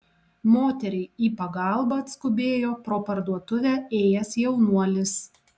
moteriai į pagalbą atskubėjo pro parduotuvę ėjęs jaunuolis